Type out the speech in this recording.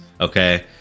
okay